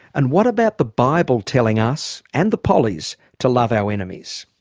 and what about the bible telling us and the pollies, to love our enemies?